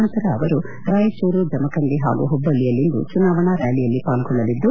ನಂತರು ಅವರು ರಾಯಚೂರು ಜಮಖಂಡಿ ಹಾಗೂ ಹುಬ್ಬಳ್ಳಿಯಲ್ಲಿಂದು ಚುನಾವಣಾ ರ್ಕಾಲಿಯಲ್ಲಿ ಪಾಲ್ಗೊಳ್ಳಲಿದ್ದು